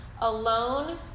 alone